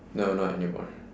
no not anymore